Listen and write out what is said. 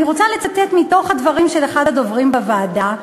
אני רוצה לצטט מהדברים של אחד הדוברים בוועדה,